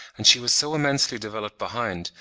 and she was so immensely developed behind,